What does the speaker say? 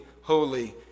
holy